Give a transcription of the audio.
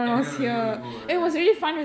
everyone was able to go right